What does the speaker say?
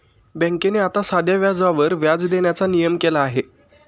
बँकेने आता साध्या व्याजावर व्याज देण्याचा नियम केला आहे